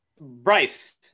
Bryce